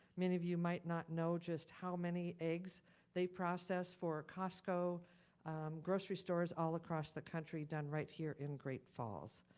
many of you might not know just how many eggs they process for costco grocery stores all across the country done right here in great falls.